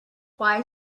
why